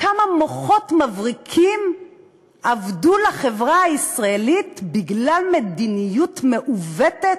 כמה מוחות מבריקים אבדו לחברה הישראלית בגלל מדיניות מעוותת?